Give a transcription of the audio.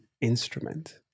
instrument